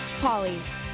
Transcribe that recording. Polly's